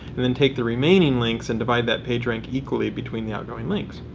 and then take the remaining links and divide that page rank equally between the outgoing links.